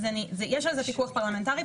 יש על זה פיקוח פרלמנטרי,